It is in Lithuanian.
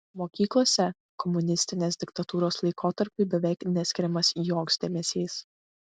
mokyklose komunistinės diktatūros laikotarpiui beveik neskiriamas joks dėmesys